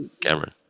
Cameron